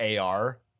AR